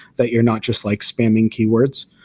that you're not just like spamming keywords.